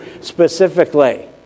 specifically